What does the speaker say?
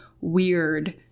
weird